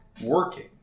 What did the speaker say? Working